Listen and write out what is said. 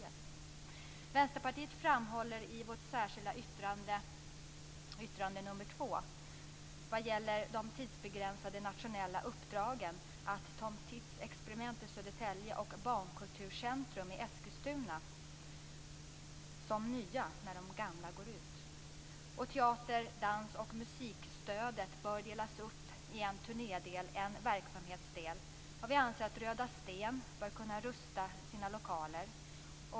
Vänsterpartiet framhåller i det särskilda yttrandet nr 2 vad gäller de tidsbegränsade nationella uppdragen att Tom Tits Experiment i Södertälje och Barnkulturcentrum i Eskilstuna får nya uppdrag när de gamla går ut. Teater-, dans och musikstödet bör delas upp i en turnédel och en verksamhetsdel. Vi anser att Röda Sten bör kunna rusta sina lokaler.